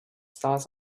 stars